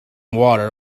water